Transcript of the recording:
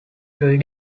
three